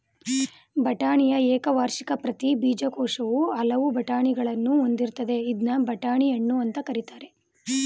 ಬಟಾಣಿಯ ಏಕವಾರ್ಷಿಕ ಪ್ರತಿ ಬೀಜಕೋಶವು ಹಲವು ಬಟಾಣಿಗಳನ್ನು ಹೊಂದಿರ್ತದೆ ಇದ್ನ ಬಟಾಣಿ ಹಣ್ಣು ಅಂತ ಕರೀತಾರೆ